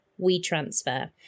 WeTransfer